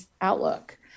outlook